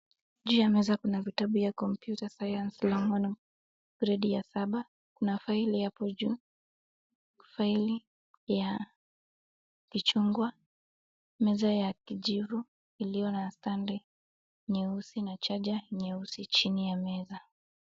Juu ya meza kuna vitabu ya computer science Longhorn gredi ya saba. Kuna faili hapo juu. Faili ya kichungwa, meza ya kijivu iliyonastadi nyeusi na charger nyeusi chini ya meza.